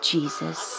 Jesus